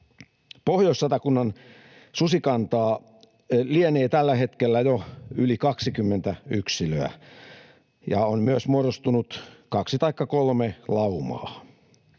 Pohjois-Satakunnan susikanta lienee tällä hetkellä jo yli 20 yksilöä, ja on myös muodostunut kaksi taikka kolme laumaa.